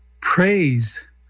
praise